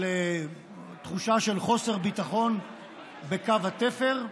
על תחושה של חוסר ביטחון בקו התפר,